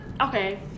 okay